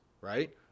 right